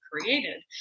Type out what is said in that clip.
created